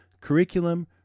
curriculum